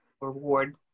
reward